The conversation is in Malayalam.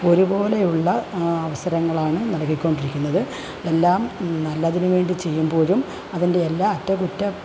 ഒരുപോലെയുള്ള അവസരങ്ങളാണ് നൽകിക്കൊണ്ടിരിക്കുന്നത് എല്ലാം നല്ലതിനുവേണ്ടി ചെയ്യുമ്പോഴും അതിൻ്റെ എല്ലാ അറ്റകുറ്റ